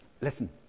listen